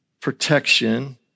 protection